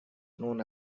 known